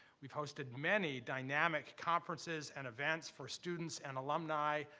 we've hosted many dynamic conferences and events for students and alumni.